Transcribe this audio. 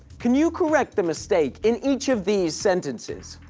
can you correct the mistake in each of these sentences?